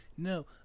No